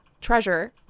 Treasure